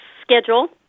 schedule